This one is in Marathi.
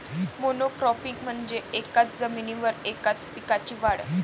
मोनोक्रॉपिंग म्हणजे एकाच जमिनीवर एकाच पिकाची वाढ